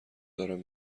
دارم